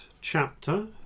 chapter